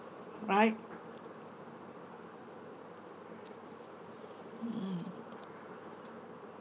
right mm